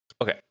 okay